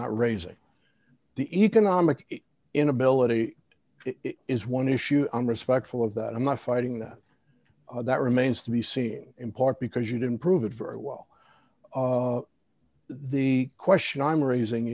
not raising the economic inability is one issue i'm respectful of that i'm not fighting that that remains to be seeing in part because you didn't prove it very well the question i'm raising